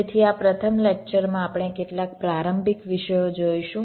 તેથી આ પ્રથમ લેક્ચર માં આપણે કેટલાક પ્રારંભિક વિષયો જોઈશું